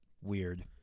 Weird